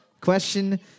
Question